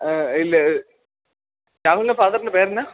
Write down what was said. ആ ഇല്ല രാഹുലിൻ്റെ ഫാദറിൻ്റെ പേരെന്താണ്